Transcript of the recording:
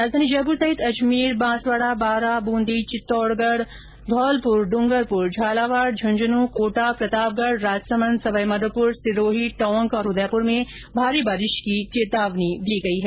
राजधानी जयपुर सहित अजमेर बांसवाड़ा बारा बूंदी चित्तौड़गढ़ धौलपुर डूंगरपुर झालावाड़ झुंझुनूं कोटा प्रतापगढ़ राजसमंद सवाई माधोपुर सिरोही टोंक और उदयपुर में भारी बारिश की चेतावनी दी हैं